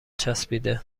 چسبیده